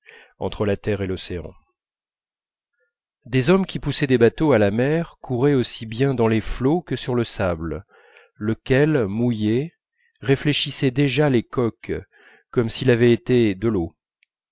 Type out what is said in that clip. entre la terre et l'océan des hommes qui poussaient des bateaux à la mer couraient aussi bien dans les flots que sur le sable lequel mouillé réfléchissait déjà les coques comme s'il avait été de l'eau